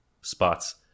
spots